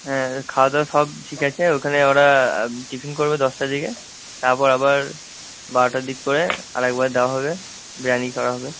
হ্যাঁ খাওয়া দাওয়া সব ঠিক আছে ওখানে ওরা টিফিন করবে দশটার দিকে তারপর আবার বারোটার দিক করে আরেকবার দেওয়া হবে বিরিয়ানি করা হবে